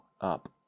UP